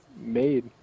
made